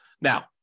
Now